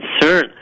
concern